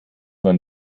man